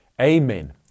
Amen